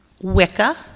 Wicca